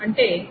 అంటే అవి t2